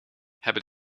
hebben